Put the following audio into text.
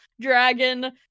dragon